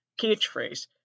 Catchphrase